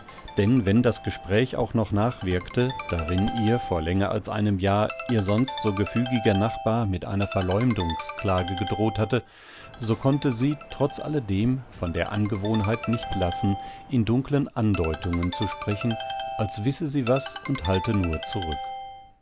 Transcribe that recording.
denn wenn das gespräch auch noch nachwirkte darin ihr vor länger als einem jahr ihr sonst so gefügiger nachbar mit einer verläumdungsklage gedroht hatte so konnte sie trotz alledem von der angewohnheit nicht lassen in dunklen andeutungen zu sprechen als wisse sie was und halte nur zurück